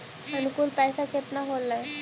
अनुकुल पैसा केतना होलय